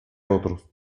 otros